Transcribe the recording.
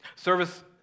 Service